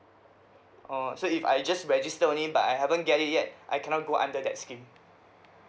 orh so if I just register only but I haven't get it yet I cannot go under that scheme